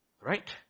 right